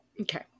Okay